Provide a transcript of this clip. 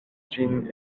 ĝin